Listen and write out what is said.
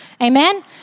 Amen